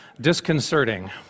disconcerting